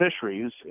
fisheries